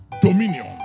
dominion